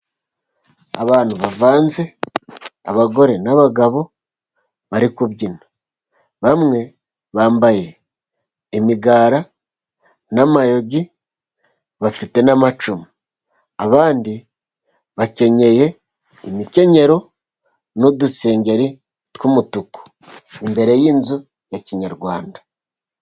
Abantu bavanze, abagore n'abagabo bari kubyina; bamwe bambaye imigara n'amayugi, bafite n'amacumu; abandi bakenyeye imikenyero n'udusengeri tw'umutuku imbere y'inzu ya Kinyarwanda.